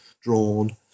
drawn